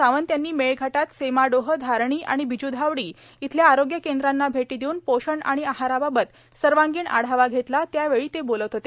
सावंत यांनी मेळघाटात सेमाडोहए धारणी आणि बिज्धावडी इथल्या आरोग्य केंद्रांना भेटी देऊन पोषण आणि आहाराबाबत सर्वांगीण आढावा घेतलाए त्यावेळी ते बोलत होते